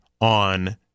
on